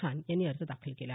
खान यांनी अर्ज दाखल केला